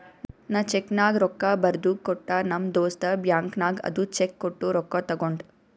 ನಾ ಚೆಕ್ನಾಗ್ ರೊಕ್ಕಾ ಬರ್ದು ಕೊಟ್ಟ ನಮ್ ದೋಸ್ತ ಬ್ಯಾಂಕ್ ನಾಗ್ ಅದು ಚೆಕ್ ಕೊಟ್ಟು ರೊಕ್ಕಾ ತಗೊಂಡ್